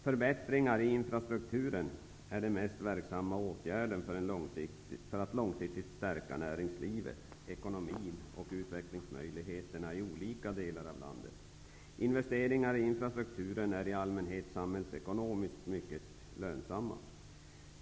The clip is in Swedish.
Förbättringar i infrastrukturen är den mest verksamma åtgärden för att långsiktigt stärka näringslivet, ekonomin och utvecklingsmöjligheterna i olika delar av landet. Investeringar i infrastrukturen är i allmänhet samhälsekonomiskt mycket lönsamma.